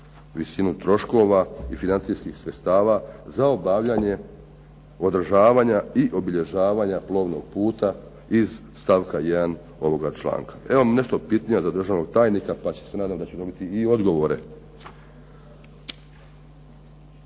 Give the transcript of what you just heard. visinu troškova i financijskih sredstava za obavljanje, održavanja i obilježavanja plovnog puta iz stavka 1. ovog članka? Evo pitanje za državnog tajnika pa se nadam da ću dobiti i odgovore.